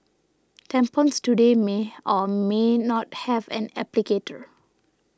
tampons today may or may not have an applicator